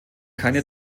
keine